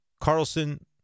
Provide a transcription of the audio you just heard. Carlson